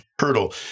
hurdle